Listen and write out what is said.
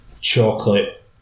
chocolate